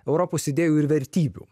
europos idėjų ir vertybių